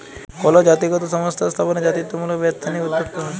call জাতিগত সংস্থা স্থাপনে জাতিত্বমূলক বা এথনিক উদ্যক্তা হ্যয়